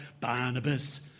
Barnabas